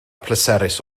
pleserus